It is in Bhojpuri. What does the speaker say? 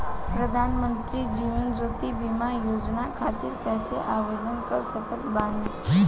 प्रधानमंत्री जीवन ज्योति बीमा योजना खातिर कैसे आवेदन कर सकत बानी?